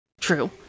True